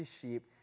sheep